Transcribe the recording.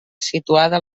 situada